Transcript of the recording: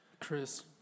Chris